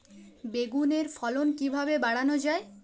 বেগুনের ফলন কিভাবে বাড়ানো যায়?